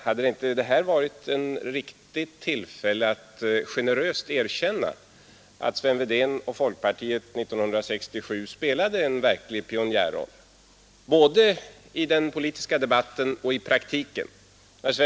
Hade inte detta varit det rätta tillfället att generöst erkänna, att Sven Wedén och folkpartiet 1967 spelade en verklig pionjärroll, både i den politiska debatten och i praktiken?